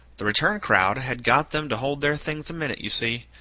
the return crowd had got them to hold their things a minute, you see.